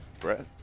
Brett